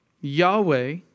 Yahweh